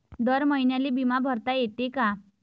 दर महिन्याले बिमा भरता येते का?